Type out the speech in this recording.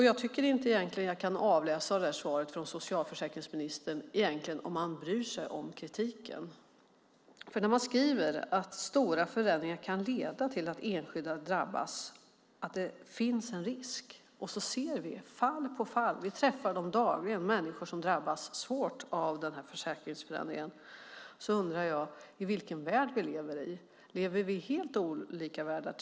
Jag tycker egentligen inte att jag i detta svar från socialförsäkringsministern kan utläsa om han bryr sig om kritiken. Han skriver att stora förändringar kan leda till att enskilda drabbas, att det finns risk. Och vi ser fall på fall; vi träffar dem dagligen - människor som drabbas svårt av denna försäkringsförändring. Jag undrar: Vilken värld lever vi i? Lever vi i helt olika världar?